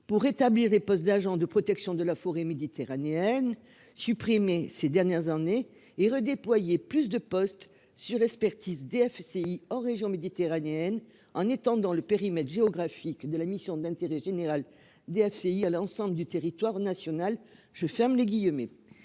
pour établir des postes d'agents de protection de la forêt méditerranéenne supprimer ces dernières années et redéployer plus de postes sur expertise DFCI aux régions méditerranéennes, en étant dans le périmètre géographique de la mission d'intérêt général DFCI à l'ensemble du territoire national, je ferme les guillemets